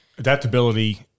Adaptability